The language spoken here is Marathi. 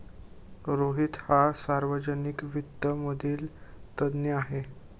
रोहित हा सार्वजनिक वित्त मधील तज्ञ आहे